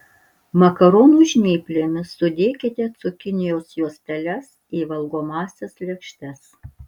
makaronų žnyplėmis sudėkite cukinijos juosteles į valgomąsias lėkštes